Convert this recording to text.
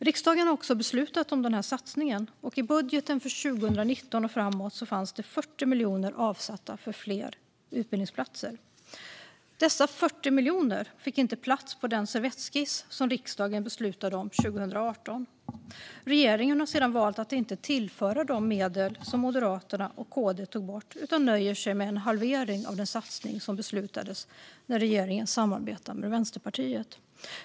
Riksdagen har också beslutat om denna satsning, och i budgeten för 2019 och framåt fanns 40 miljoner avsatta för fler utbildningsplatser. Dessa 40 miljoner fick inte plats på den servettskiss som riksdagen beslutade om 2018. Regeringen har sedan valt att inte tillföra de medel som Moderaterna och KD tog bort utan nöjer sig med en halvering av den satsning som beslutades när regeringen samarbetade med Vänsterpartiet.